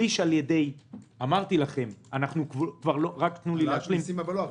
שליש על-ידי -- העלאת מיסים, אבל לא עכשיו.